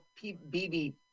BB